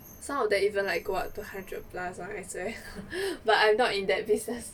some of them even like go up to hundred plus one I swear but I'm not in that business